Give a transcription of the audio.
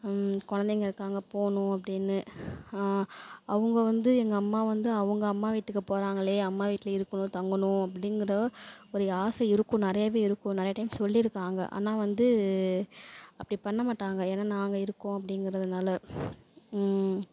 குழந்தைங்க இருக்காங்க போகணும் அப்படின்னு அவங்க வந்து எங்கள் அம்மா வந்து அவங்க அம்மா வீட்டுக்கு போகறாங்களே அம்மா வீட்டில் இருக்கணும் தங்கணும் அப்படிங்குற ஒரு ஆசை இருக்கும் நிறையாவே இருக்கும் நிறையா டைம் சொல்லி இருக்காங்க ஆனால் வந்து அப்படி பண்ணமாட்டாங்க ஏன்னா நாங்கள் இருக்கோம் அப்படிங்குறதுனால